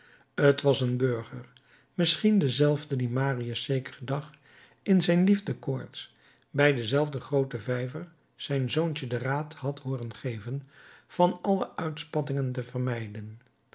t was een burger misschien dezelfde dien marius zekeren dag in zijn liefdekoorts bij dienzelfden grooten vijver zijn zoontje den raad had hooren geven van alle uitspattingen te vermijden